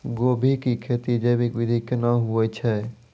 गोभी की खेती जैविक विधि केना हुए छ?